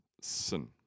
Sin